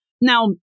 Now